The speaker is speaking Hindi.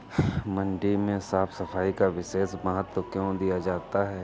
मंडी में साफ सफाई का विशेष महत्व क्यो दिया जाता है?